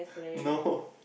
no